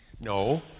No